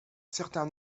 certain